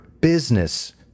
Business